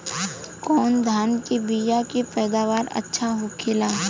कवन धान के बीया के पैदावार अच्छा होखेला?